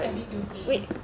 every tuesday